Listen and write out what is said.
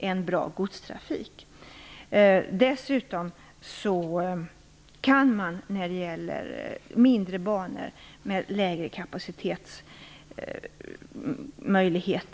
Dessutom kan man också ha differentierade banavgifter när det gäller mindre banor med mindre kapacitet.